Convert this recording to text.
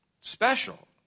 special